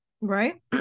right